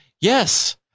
Yes